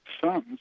sons